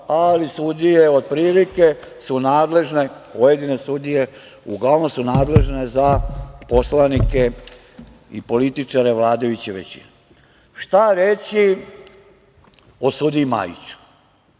ali sudije otprilike su nadležne, pojedine sudije, uglavnom za poslanike i političare vladajuće većine. Šta reći o sudiji Majiću?